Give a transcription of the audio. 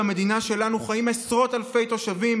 במדינה שלנו חיים עשרות אלפי תושבים